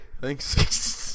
thanks